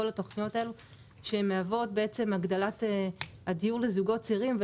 מהוות הגדלת הדיור לזוגות צעירים,